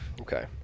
okay